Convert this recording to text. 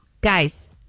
Guys